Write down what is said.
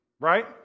right